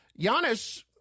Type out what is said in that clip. Giannis